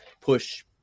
push